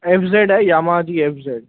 F Z आहे Yamaha जी F Z